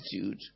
attitude